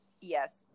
yes